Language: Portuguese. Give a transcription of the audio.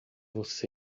você